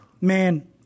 man